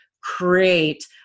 create